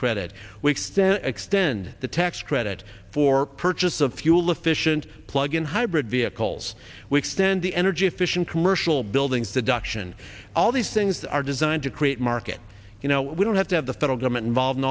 then extend the tax credit for purchase of fuel efficient plug in hybrid vehicles extend the energy efficient commercial buildings the duction all these things are designed to create market you know we don't have to have the federal government involved